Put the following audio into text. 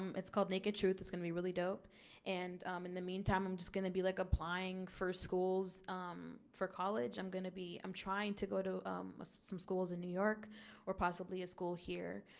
um it's called naked truth it's going to be really dope and in the meantime i'm just going to be like applying for schools for college i'm going to be i'm trying to go to some schools in new york or possibly a school here.